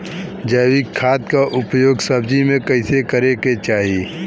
जैविक खाद क उपयोग सब्जी में कैसे करे के चाही?